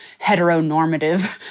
heteronormative